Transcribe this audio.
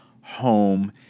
home